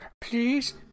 Please